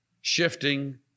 shifting